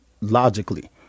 logically